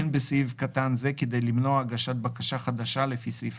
אין בסעיף קטן זה כדי למנוע הגשת בקשה חדשה לפי סעיף